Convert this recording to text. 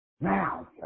Now